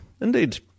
Indeed